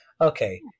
Okay